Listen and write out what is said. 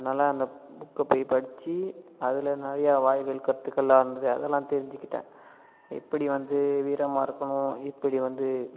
அதனாலே அந்த புக்கை போய் படிச்சு அதுலே நிறைய வாழ்வியல் கற்றுக்கலாம்னு அதெல்லாம் தெரிஞ்சுக்கிட்டேன் எப்படி வந்து வீரமாக இருக்கணும் எப்படி வந்து